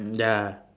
mm ya